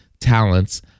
talents